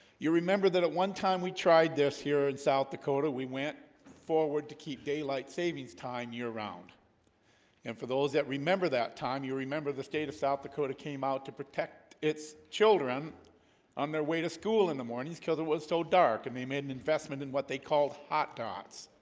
you remember that at one time we tried this here in south dakota. we went forward to keep daylight savings time year-round and for those that remember that time you remember the state of south dakota came out to protect its children on their way to school in the mornings killed. it was so dark, and they made an investment in what they called hot dogs